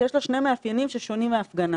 יש לה שני מאפיינים ששונים מהפגנה.